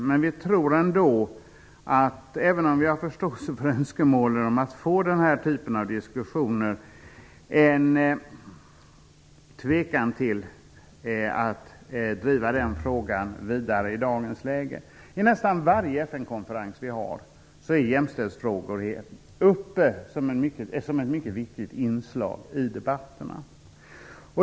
Men vi har ändå, även om vi har förståelse för önskemålen att få den här typen av diskussioner, en tvekan till att driva den frågan vidare i dagens läge. I nästan varje FN-konferens är jämställdhetsfrågor uppe som ett mycket viktigt inslag i debatterna.